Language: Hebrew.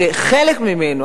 שחלק ממנו,